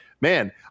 man